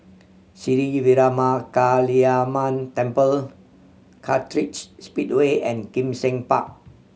Sri Veeramakaliamman Temple Kartright Speedway and Kim Seng Park